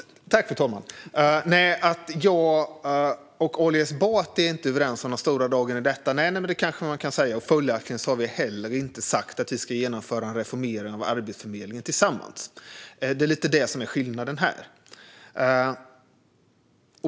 Fru talman! Att jag och Ali Esbati inte är överens om de stora dragen när det gäller detta kan man kanske säga. Följaktligen har vi inte heller sagt att vi ska genomföra en reformering av Arbetsförmedlingen tillsammans. Det är skillnaden här.